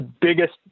biggest